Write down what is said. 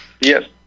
Yes